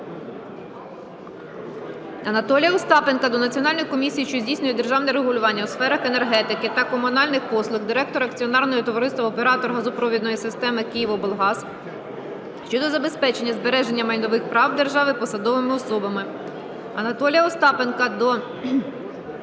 Анатолія Остапенка до Національної комісії, що здійснює державне регулювання у сферах енергетики та комунальних послуг, директора Акціонерного товариства "Оператор газорозподільної системи "Київоблгаз" щодо забезпечення збереження майнових прав держави посадовими особами.